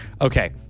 okay